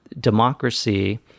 democracy